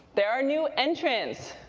there are new entrants,